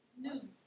Noon